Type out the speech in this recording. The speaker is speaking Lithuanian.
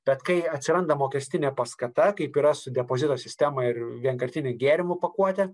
bet kai atsiranda mokestinė paskata kaip yra su depozito sistema ir vienkartinių gėrimų pakuotę